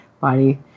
Body